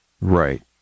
Right